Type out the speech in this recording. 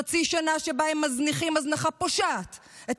חצי שנה שבה הם מזניחים הזנחה פושעת את